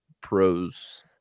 pros